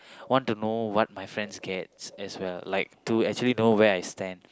want to know what my friends get as well to actually know where I stand